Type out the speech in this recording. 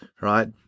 right